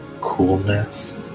coolness